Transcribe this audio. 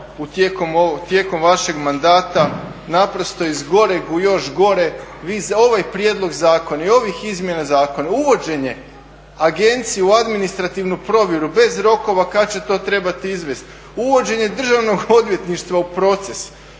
tijekom vašeg mandata, naprosto iz goreg u još gore. Vi za ovaj prijedlog zakona i ovih izmjena zakona uvođenje agencije u administrativnu provjeru bez rokova kada će to trebati izvesti, uvođenje Državnog odvjetništva u proces,